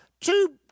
two